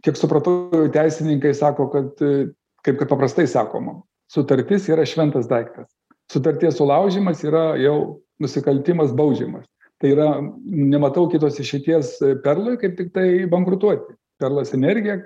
kiek supratau teisininkai sako kad kaip kad paprastai sakoma sutartis yra šventas daiktas sutarties sulaužymas yra jau nusikaltimas baudžiamas tai yra nematau kitos išeities perlui kaip tiktai bankrutuoti perlas energija